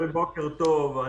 בוקר טוב.